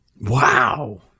Wow